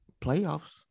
playoffs